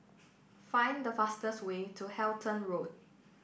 find the fastest way to Halton Road